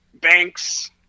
banks